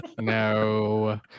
no